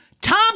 Tom